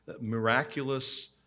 miraculous